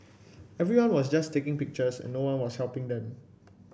everyone was just taking pictures and no one was helping them